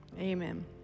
amen